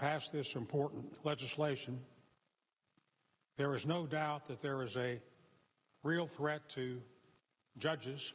pass this important legislation there is no doubt that there is a real threat to judges